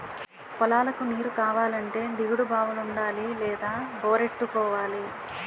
పొలాలకు నీరుకావాలంటే దిగుడు బావులుండాలి లేదా బోరెట్టుకోవాలి